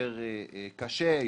יותר קשה,